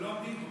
שלא עומדים בו.